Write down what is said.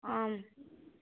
आम्